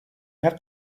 have